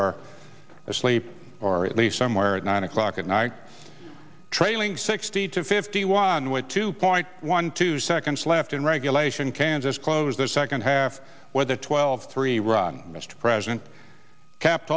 asleep or at least somewhere at nine o'clock at night trailing sixty to fifty one with two point one two seconds left in regulation kansas close their second half weather twelve three run mr president capped